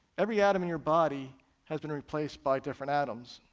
every atom in your body has been replaced by different atoms,